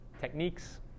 techniques